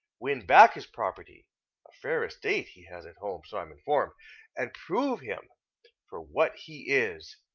win back his property a fair estate he has at home, so i'm informed and prove him for what he is,